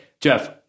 Jeff